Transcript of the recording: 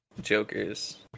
Jokers